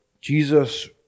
Jesus